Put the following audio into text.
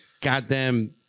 goddamn